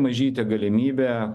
mažytė galimybė